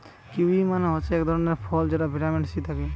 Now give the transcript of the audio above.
kiwi মানে হতিছে গটে ধরণের ফল যাতে ভিটামিন সি থাকে